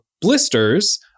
blisters